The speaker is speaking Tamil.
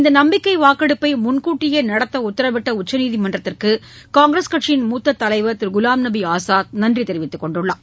இந்த நம்பிக்கை வாக்கெடுப்பை முன்கூட்டியே நடத்த உத்தரவிட்ட உச்சநீதிமன்றத்திற்கு காங்கிரஸ் கட்சியின் மூத்த தலைவர் திரு குலாம் நபி ஆசாத் நன்றி தெரிவித்துக்கொண்டுள்ளார்